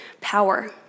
power